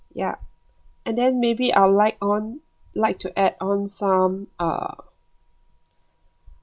ya and then maybe I'd like on like to add on some uh